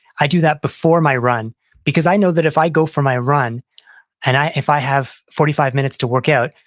i do that before my run because i know that if i go for my run and if i if i have forty five minutes to workout,